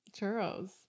Churros